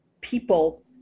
people